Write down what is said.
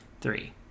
three